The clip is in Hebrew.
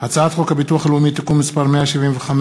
הצעת חוק הביטוח הלאומי (תיקון מס' 175),